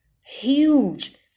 huge